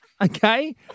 Okay